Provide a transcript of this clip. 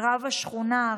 ורב השכונה,